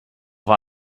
war